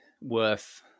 worth